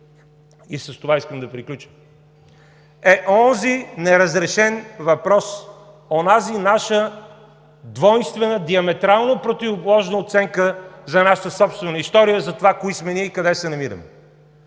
и с това искам да приключа, е онзи неразрешен въпрос, онази наша двойствена, диаметрално противоположна оценка за нашата собствена история – кои сме ние и къде се намираме?